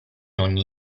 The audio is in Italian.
ogni